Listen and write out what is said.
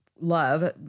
love